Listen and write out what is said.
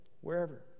wherever